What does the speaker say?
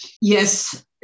Yes